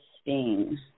Sting